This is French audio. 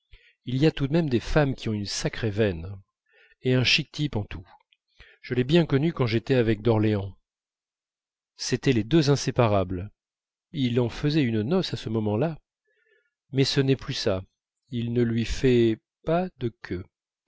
il y a tout de même des femmes qui ont une sacrée veine et un chic type en tout je l'ai bien connu quand j'étais avec d'orléans c'était les deux inséparables il en faisait une noce à ce moment-là mais ce n'est plus ça il ne lui fait pas de queues